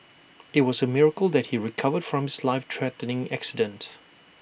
IT was A miracle that he recovered from his life threatening accident